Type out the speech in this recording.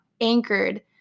anchored